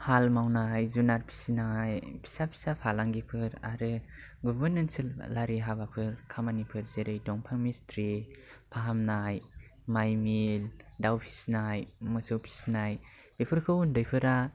हाल मावनाय जुनार फिसिनाय फिसा फिसा फालांगिफोर आरो गुबुन ओनसोलारि हाबाफोर खामानिफोर जेरै दंफां मिसथ्रि फाहामनाय माइ मिल दाउ फिसिनाय मोसौ फिसिनाय बेफोरखौ उन्दैफोरा